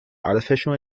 artificial